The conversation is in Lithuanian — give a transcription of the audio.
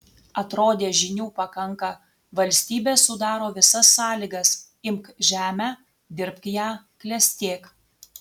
atrodė žinių pakanka valstybė sudaro visas sąlygas imk žemę dirbk ją klestėk